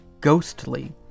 ghostly